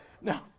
no